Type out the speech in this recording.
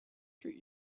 treat